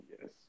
Yes